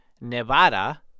Nevada